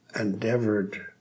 endeavored